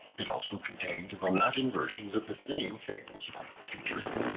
it also contained the latin versions of the same fables by phaedrus,